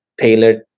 tailored